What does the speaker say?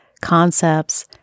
concepts